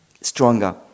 stronger